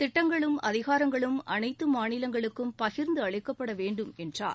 திட்டங்களும் அதிகாரங்களும் அனைத்து மாநிலங்களுக்கும் பகிர்ந்து அளிக்கப்பட வேண்டும் என்றார்